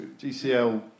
GCL